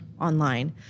online